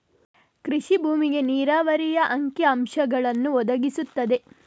ಕೃಷಿ ಭೂಮಿಗೆ ನೀರಾವರಿಯ ಅಂಕಿ ಅಂಶಗಳನ್ನು ಒದಗಿಸುತ್ತದೆ